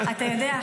אתה יודע,